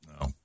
No